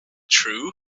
true